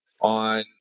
on